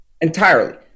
entirely